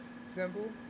simple